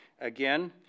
Again